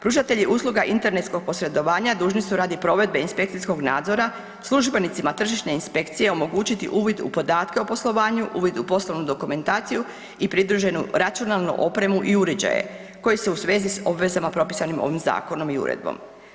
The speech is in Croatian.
Pružatelji usluga internetskog posredovanja dužni su radi provedbe inspekcijskog nadzora službenicima tržišne inspekcije omogućiti uvod u podatke o poslovanju, uvid u poslovnu dokumentaciju i pridruženu racionalnu opremu i uređaje koji su u svezi s obvezama propisanim ovim zakonom i uredbom.